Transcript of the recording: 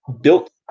built